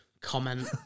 comment